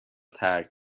ترک